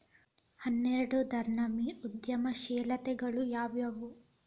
ಹನ್ನೆರ್ಡ್ನನಮ್ನಿ ಉದ್ಯಮಶೇಲತೆಗಳು ಯಾವ್ಯಾವು